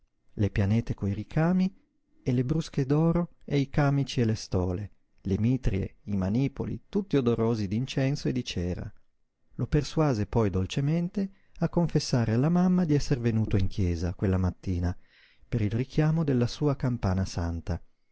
le pianete coi ricami e le brusche d'oro e i càmici e le stole le mitrie i manipoli tutti odorosi d'incenso e di cera lo persuase poi dolcemente a confessare alla mamma di esser venuto in chiesa quella mattina per il richiamo della sua campana santa